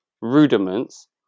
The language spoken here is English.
rudiments